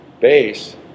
base